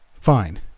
Fine